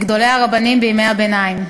מגדולי הרבנים בימי הביניים.